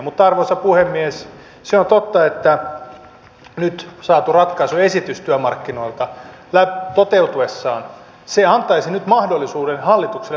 mutta arvoisa puhemies se on totta että nyt saatu ratkaisuesitys työmarkkinoilta toteutuessaan antaisi mahdollisuuden hallitukselle tarkistaa linjaansa